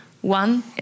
One